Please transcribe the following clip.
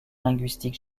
linguistique